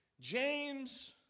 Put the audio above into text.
James